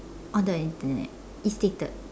on the Internet it's stated